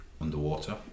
underwater